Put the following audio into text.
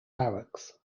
barracks